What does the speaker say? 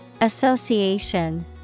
Association